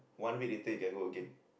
one week later you can go again